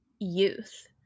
youth